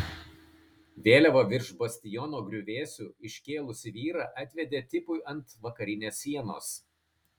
vėliavą virš bastiono griuvėsių iškėlusį vyrą atvedė tipui ant vakarinės sienos